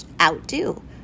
outdo